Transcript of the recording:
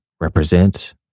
represent